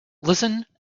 listen